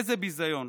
איזה ביזיון.